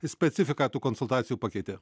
specifiką tų konsultacijų pakeitė